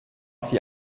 sie